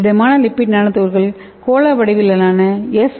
திடமான lipid nano துகள்கள் கோள வடிவிலான எஸ்